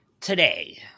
today